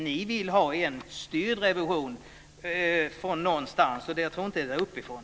Ni vill att revisionen ska styras någonstans ifrån, och jag tror inte att det är uppifrån.